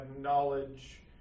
knowledge